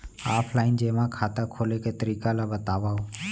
Offline जेमा खाता खोले के तरीका ल बतावव?